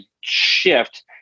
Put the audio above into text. shift